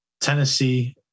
Tennessee